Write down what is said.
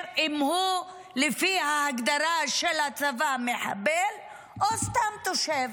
אם הוא לפי ההגדרה של הצבא מחבל או סתם תושב.